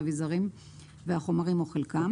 האביזרים והחומרים או חלקם,